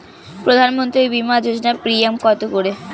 প্রধানমন্ত্রী বিমা যোজনা প্রিমিয়াম কত করে?